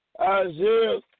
Isaiah